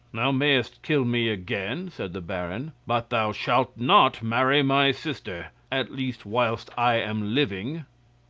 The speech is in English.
thou mayest kill me again, said the baron, but thou shalt not marry my sister, at least whilst i am living.